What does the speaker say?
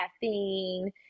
caffeine